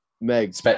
Meg